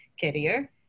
career